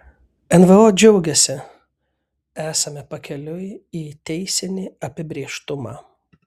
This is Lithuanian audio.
nvo džiaugiasi esame pakeliui į teisinį apibrėžtumą